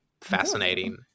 fascinating